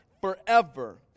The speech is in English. forever